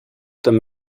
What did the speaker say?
them